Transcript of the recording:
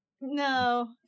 No